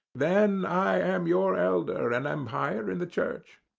then i am your elder, and am higher in the church.